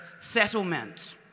settlement